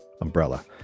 umbrella